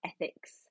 ethics